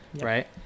right